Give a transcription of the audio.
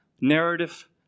narrative